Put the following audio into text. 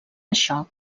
això